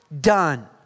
done